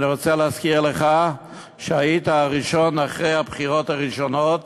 אני רוצה להזכיר לך שהיית הראשון אחרי הבחירות הראשונות